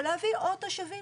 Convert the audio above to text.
ולהביא עוד תושבים